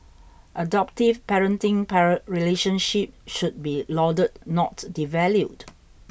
adoptive parenting para relationships should be lauded not devalued